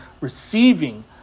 receiving